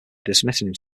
dismissing